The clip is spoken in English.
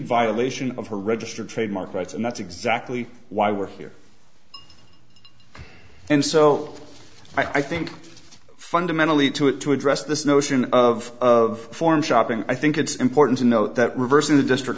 violation of her registered trademark rights and that's exactly why we're here and so i think fundamentally to it to address this notion of of form shopping i think it's important to note that reversing the district